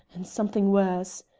and something worse!